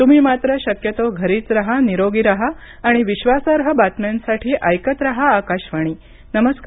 तुम्ही मात्र शक्यतो घरीच राहा निरोगी राहा आणि विश्वासार्ह बातम्यांसाठी ऐकत राहा आकाशवाणी नमस्कार